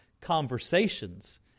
conversations